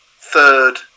third